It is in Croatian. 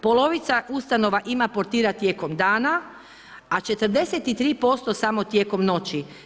Polovica ustanova ima portira tijekom dana, a 43% samo tijekom noći.